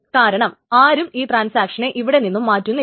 കാരണം ആരും ഈ ട്രാൻസാക്ഷനെ ഇവിടെ നിന്നും മാറ്റുന്നില്ല